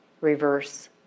reverse